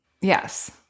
Yes